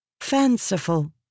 Fanciful